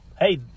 hey